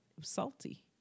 Salty